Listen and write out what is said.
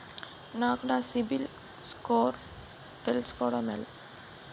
నాకు నా సిబిల్ స్కోర్ తెలుసుకోవడం ఎలా?